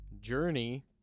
journey